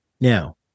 Now